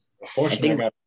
Unfortunately